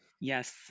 Yes